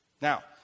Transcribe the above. Now